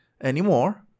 Anymore